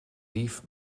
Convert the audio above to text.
dief